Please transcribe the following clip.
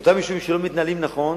שאותם יישובים שלא מתנהלים נכון